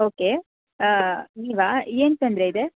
okay ನೀವಾ ಏನು ತೊಂದರೆ ಇದೆ